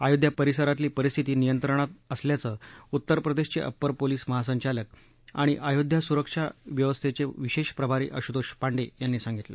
अयोध्या परिसरातली परिस्थिती नियंत्रणात असल्याचं उत्तर प्रदेशचे अपर पोलिस महासंचालक आणि अयोध्या सुरक्षा व्यवस्थेचे विशेष प्रभारी आशुतोष पांडे यांनी सांगितलं